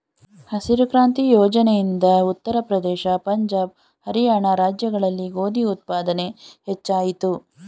ಹಸಿರು ಕ್ರಾಂತಿ ಯೋಜನೆ ಇಂದ ಉತ್ತರ ಪ್ರದೇಶ, ಪಂಜಾಬ್, ಹರಿಯಾಣ ರಾಜ್ಯಗಳಲ್ಲಿ ಗೋಧಿ ಉತ್ಪಾದನೆ ಹೆಚ್ಚಾಯಿತು